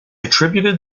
attributed